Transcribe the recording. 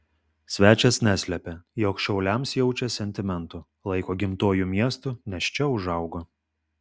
svečias neslėpė jog šiauliams jaučia sentimentų laiko gimtuoju miestu nes čia užaugo